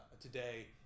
Today